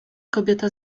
kobieta